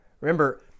Remember